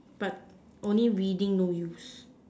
but only reading no use